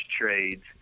trades